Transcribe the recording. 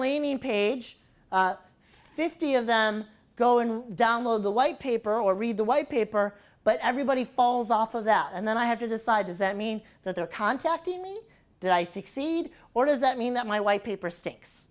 leaning page fifty of them go and download the white paper or read the white paper but everybody falls off of that and then i have to decide does that mean that they're contacting me that i succeed or does that mean that my white paper stinks